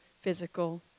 physical